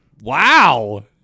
wow